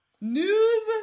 News